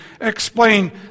explain